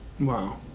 Wow